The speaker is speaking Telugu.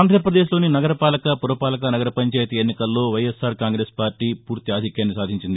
ఆంధ్రప్రదేశ్ లోని నగరపాలక పురపాలక నగరపంచాయతీ ఎన్నికల్లో వెఎస్సార్ కాంగ్రెస్ పార్లీ పూర్తి అధిక్యాన్ని సాధించింది